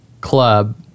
club